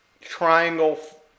triangle